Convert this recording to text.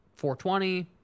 420